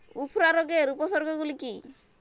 উফরা রোগের উপসর্গগুলি কি কি?